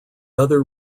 other